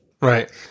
Right